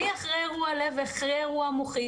אני אחרי אירוע לב ואחרי אירוע מוחי,